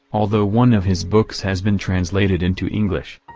although one of his books has been translated into english.